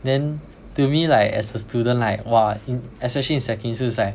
then to me like as a student like !wah! in especially in secondary school like